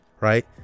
right